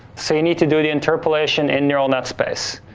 so, you need to do it interpolation in neural net space.